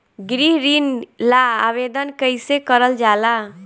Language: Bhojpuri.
गृह ऋण ला आवेदन कईसे करल जाला?